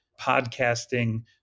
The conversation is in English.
podcasting